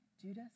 Judas